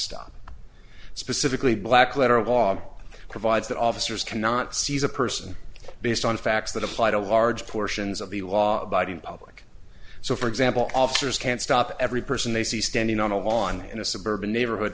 stop specifically black letter law provides that officers cannot seize a person based on facts that apply to large portions of the law abiding public so for example officers can't stop every person they see standing on a lawn in a suburban neighborhood